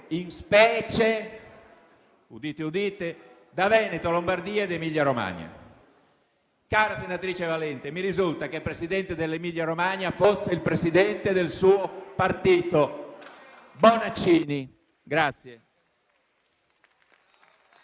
in specie da Veneto, Lombardia ed Emilia-Romagna». Cara senatrice Valente, mi risulta che il Presidente dell'Emilia-Romagna fosse il presidente del suo partito, Bonaccini.